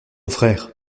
frère